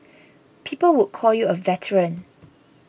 people would call you a veteran